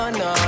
no